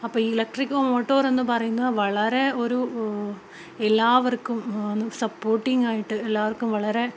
അപ്പോള് ഈ ഇലക്ട്രിക് മോട്ടോറെന്ന് പറയുന്നത് വളരെ ഒരു എല്ലാവർക്കും സപ്പോർട്ടിങ്ങായിട്ട് എല്ലാവർക്കും വളരെ